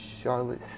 charlotte